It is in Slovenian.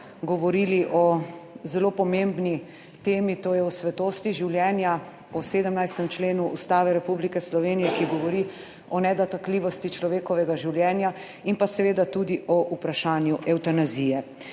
govorili o zelo pomembni temi, to je o svetosti življenja, o 17. členu Ustave Republike Slovenije, ki govori o nedotakljivosti človekovega življenja in pa seveda tudi o vprašanju evtanazije.